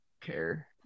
care